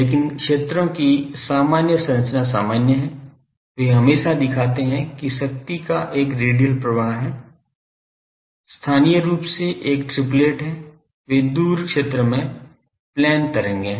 लेकिन क्षेत्रों की सामान्य संरचना समान हैं वे हमेशा दिखाते हैं कि शक्ति का एक रेडियल प्रवाह है स्थानीय रूप से एक ट्रिप्लेट है वे दूर क्षेत्र में प्लेन तरंगे हैं